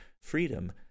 freedom